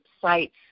sites